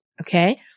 okay